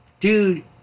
dude